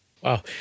Wow